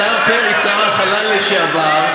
השר פרי, שר החלל לשעבר,